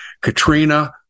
Katrina